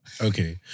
Okay